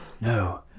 no